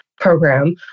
Program